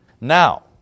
Now